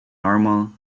normal